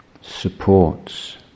supports